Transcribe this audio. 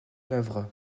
œuvre